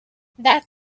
that